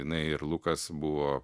jinai ir lukas buvo